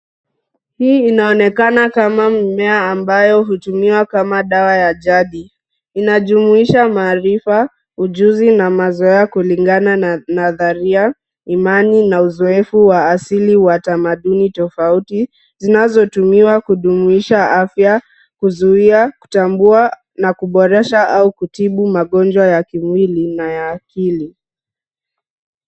Hii inaonekana kama mmea ambayo hutumiwa kama dawa ya jadi. Inajumuisha maarifa, ujuzi na mazoea kulingana nadharia, imani na uzoefu wa asili wa tamaduni tofauti zinazotumiwa kudumisha afya, kuzuia, kutambua na kuboresha au kutibu magonjwa ya kimwili na ya akili.